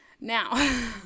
Now